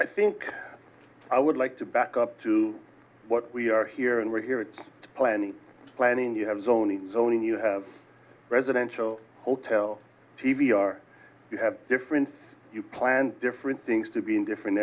i think i would like to back up to what we are here and we're here it's planning planning you have zoning zoning you have residential hotel t v our you have different you plan different things to be in different